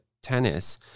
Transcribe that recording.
tennis